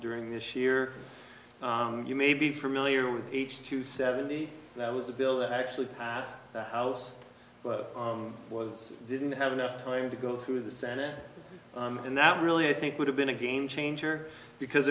during this year you may be familiar with h two seventy that was a bill that actually passed the house was didn't have enough time to go through the senate and that really i think would have been a game changer because